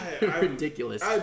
ridiculous